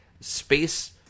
Space